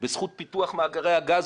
בזכות פיתוח מאגרי הגז,